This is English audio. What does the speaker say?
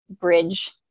bridge